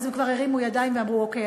אז הם כבר הרימו ידיים ואמרו: אוקיי,